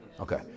Okay